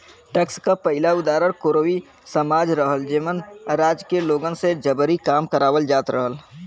tax क पहिला उदाहरण कोरवी समाज रहल जेमन राज्य के लोगन से जबरी काम करावल जात रहल